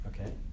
Okay